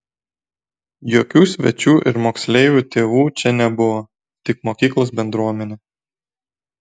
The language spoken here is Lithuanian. jokių svečių ir moksleivių tėvų čia nebuvo tik mokyklos bendruomenė